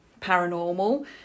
paranormal